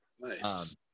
Nice